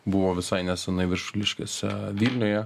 buvo visai neseniai viršuliškėse vilniuje